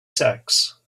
sacks